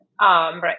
right